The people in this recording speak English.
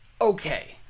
okay